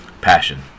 passion